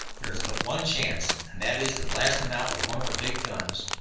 there is but one chance, and that is to blast them out with one of our big guns!